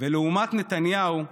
לעומת נתניהו,